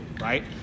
right